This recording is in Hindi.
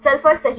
सल्फर सही